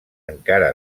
encara